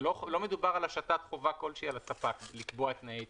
לא מדובר על השתת חובה כלשהי על הספק לקבוע את תנאי ההתקשרות.